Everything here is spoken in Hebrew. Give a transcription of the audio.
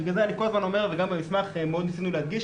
שבגלל זה אני כל הזמן אומר וגם במסמך מאוד ניסינו להדגיש,